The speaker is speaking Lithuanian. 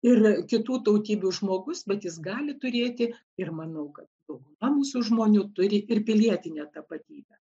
ir kitų tautybių žmogus bet jis gali turėti ir manau kad dauguma mūsų žmonių turi ir pilietinę tapatybę